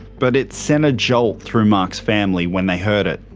but it sent a jolt through mark's family when they heard it.